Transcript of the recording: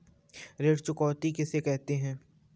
ऋण चुकौती किसे कहते हैं?